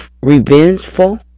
revengeful